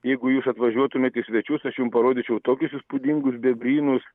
jeigu jūs atvažiuotumėt į svečius aš jum parodyčiau tokius įspūdingus bebrynus